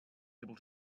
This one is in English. able